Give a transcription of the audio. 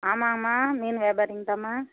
ஆமாங்கம்மா மீன் வியாபாரிங்க தான்ம்மா